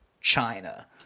China